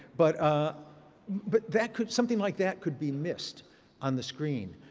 but ah but that could, something like that could be missed on the screen.